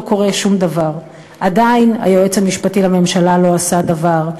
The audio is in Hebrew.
קורה שום דבר: עדיין היועץ המשפטי לממשלה לא עשה דבר,